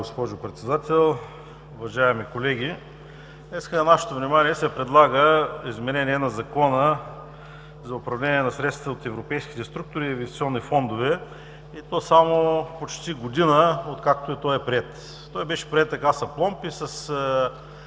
Уважаема госпожо Председател, уважаеми колеги! Днес на Вашето внимание се предлага изменение на Закона за управление на средствата от европейските структури и инвестиционни фондове, и то само почти година, откакто той е приет. Той беше приет с апломб и с